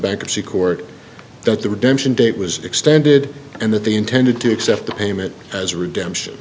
bankruptcy court that the redemption date was extended and that they intended to accept the payment as a redemption